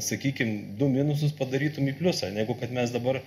sakykim du minusus padarytum į pliusą negu kad mes dabar